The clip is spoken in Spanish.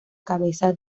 cabeza